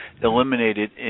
eliminated